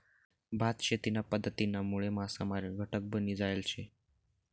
भात शेतीना पध्दतीनामुळे मासामारी घटक बनी जायल शे